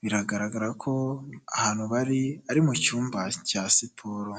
Biragaragara ko ahantu bari ari mu cyumba cya siporo.